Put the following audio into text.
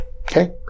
Okay